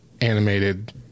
animated